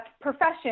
profession